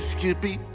Skippy